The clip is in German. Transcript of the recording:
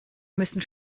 müssen